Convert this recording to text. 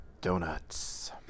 Donuts